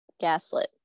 gaslit